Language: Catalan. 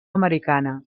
americana